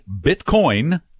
Bitcoin